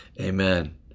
Amen